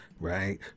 right